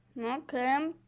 Okay